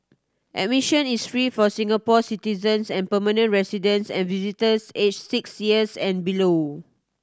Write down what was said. admission is free for Singapore citizens and permanent residents and visitors aged six years and below